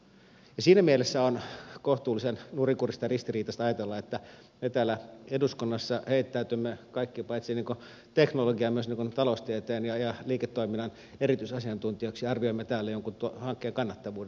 siinä mielessä on kohtuullisen nurinkurista ja ristiriitaista ajatella että me kaikki täällä eduskunnassa heittäydymme paitsi teknologian myös taloustieteen ja liiketoiminnan erityisasiantuntijoiksi arvioimme täällä jonkun hankkeen kannattavuuden